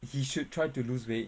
he should try to lose weight